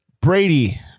Brady